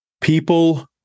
People